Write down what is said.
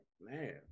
man